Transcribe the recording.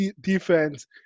defense